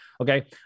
Okay